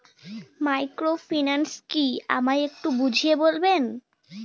Microfinance কি আমায় একটু বুঝিয়ে বলবেন?